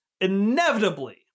inevitably